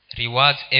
rewards